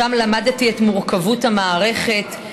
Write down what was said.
שם למדתי את מורכבות המערכת,